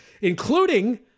including